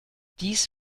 dies